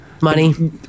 Money